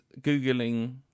Googling